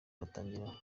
batangira